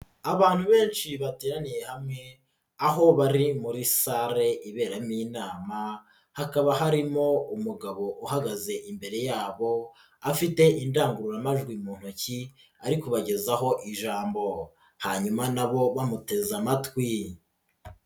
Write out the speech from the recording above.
Abantu benshi bateraniye hamwe aho bari muri sale iberamo inama, hakaba harimo umugabo uhagaze imbere yabo afite indangururamajwi mu ntoki ari kubagezaho ijambo, hanyuma na bo bamuteze amatwi.